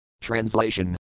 Translation